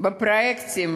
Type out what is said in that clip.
בפרויקטים